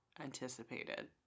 anticipated